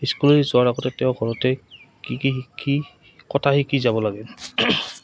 school যোৱাৰ আগতে তেওঁৰ ঘৰতে কি কি কি কথা শিকি যাব লাগে